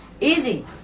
Easy